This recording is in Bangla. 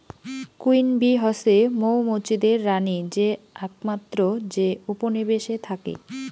কুইন বী হসে মৌ মুচিদের রানী যে আকমাত্র যে উপনিবেশে থাকি